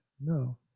no